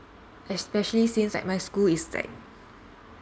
especially since like my school is like